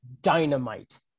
dynamite